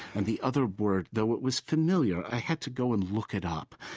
and the other word, though it was familiar, i had to go and look it up.